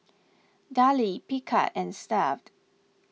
Darlie Picard and Stuff'd